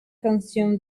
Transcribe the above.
consume